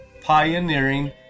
Pioneering